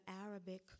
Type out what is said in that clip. Arabic